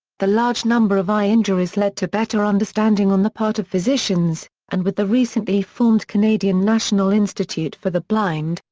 the large number of eye injuries led to better understanding on the part of physicians, and with the recently formed canadian national institute for the blind,